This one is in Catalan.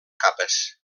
capes